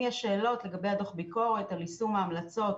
אם יש שאלות לגבי הדוח על יישום ההמלצות